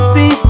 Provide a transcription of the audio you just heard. See